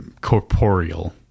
corporeal